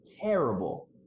terrible